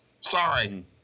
sorry